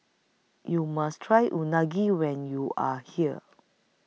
YOU must Try Unagi when YOU Are here